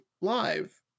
live